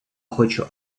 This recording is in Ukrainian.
хочу